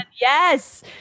Yes